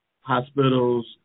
hospitals